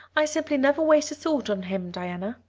i simply never waste a thought on him, diana.